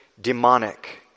demonic